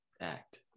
act